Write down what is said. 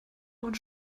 und